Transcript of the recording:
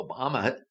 Obama